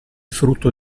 frutto